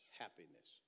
happiness